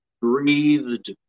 breathed